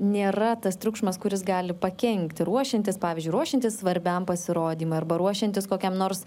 nėra tas triukšmas kuris gali pakenkti ruošiantis pavyzdžiui ruošiantis svarbiam pasirodymui arba ruošiantis kokiam nors